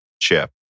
chip